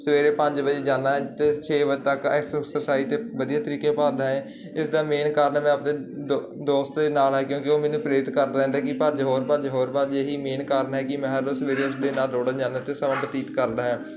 ਸਵੇਰੇ ਪੰਜ ਵਜੇ ਜਾਂਦਾ ਆ ਅਤੇ ਛੇ ਵਜੇ ਤੱਕ ਐਕਸ ਉਕਸਸਾਈਜ਼ ਅਤੇ ਵਧੀਆ ਤਰੀਕੇ ਭਾਲਦਾ ਹੈ ਇਸਦਾ ਮੇਨ ਕਾਰਨ ਮੈਂ ਆਪਦੇ ਦੋ ਦੋਸਤ ਦੇ ਨਾਲ ਕਿਉਂਕਿ ਉਹ ਮੈਨੂੰ ਪ੍ਰੇਰਿਤ ਕਰਦਾ ਕਿ ਭੱਜ ਹੋਰ ਭੱਜ ਹੋਰ ਭੱਜ ਇਹੀ ਮੇਨ ਕਾਰਨ ਹੈ ਕਿ ਮੈਂ ਹਰ ਰੋਜ਼ ਸਵੇਰੇ ਉੱਠਦੇ ਨਾਲ ਦੌੜਨ ਜਾਂਦਾ ਅਤੇ ਸਮਾਂ ਬਤੀਤ ਕਰਦਾ